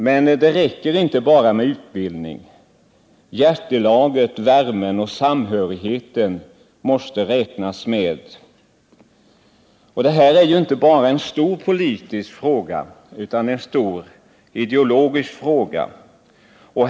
Men det räcker inte bara med utbildning. Hjärtelaget, värmen och samhörigheten måste räknas med. Det här är inte bara en stor politisk fråga utan en stor ideologisk fråga.